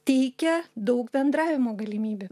teikia daug bendravimo galimybių